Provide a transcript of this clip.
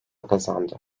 kazandı